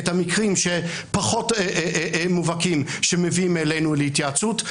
ואת המקרים שפחות מובהקים שמובאים אלינו להתייעצות.